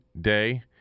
day